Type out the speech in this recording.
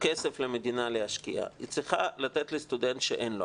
כסף למדינה להשקיע היא צריכה לתת לסטודנט שאין לו.